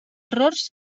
errors